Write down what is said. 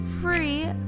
free